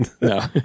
No